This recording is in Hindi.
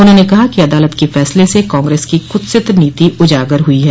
उन्होंने कहा कि अदालत के फैसले से कांग्रेस की कुत्सित नीति उजागर हुई है